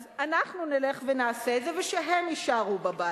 אז אנחנו נלך ונעשה את זה, ושהם יישארו בבית.